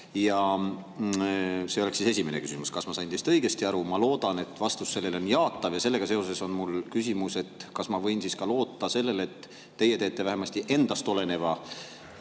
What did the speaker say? See ongi siis esimene küsimus: kas ma sain teist õigesti aru? Ma loodan, et vastus sellele on jaatav. Ja sellega seoses on mul küsimus, kas ma võin siis ka loota sellele, et teie teete vähemasti endast oleneva,